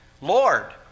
Lord